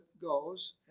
goes